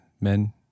men